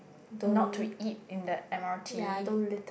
not to eat in the M_R_T